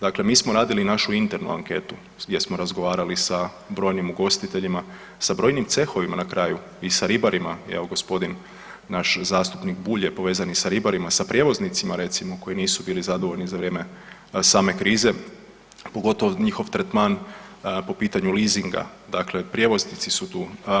Dakle, mi smo radili našu internu anketu gdje smo razgovarali sa brojnim ugostiteljima, sa brojnim cehovima na kraju i sa ribarima, evo gospodin naš zastupnik Bulj je povezani sa ribarima, sa prijevoznicima recimo koji nisu bili zadovoljni za vrijeme same krize, pogotovo njihov tretman po pitanju leasinga, dakle prijevoznici su tu.